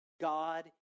God